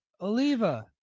Oliva